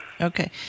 Okay